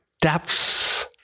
depths